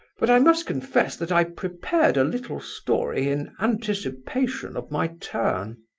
but i must confess that i prepared a little story in anticipation of my turn.